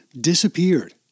disappeared